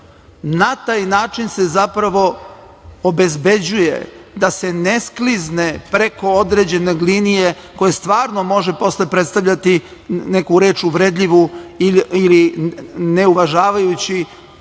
Na taj način se zapravo obezbeđuje da se ne sklizne preko određene linije, koje stvarno može predstavljati neku reč uvredljivu ili ne uvažavajući